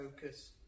focus